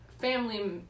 family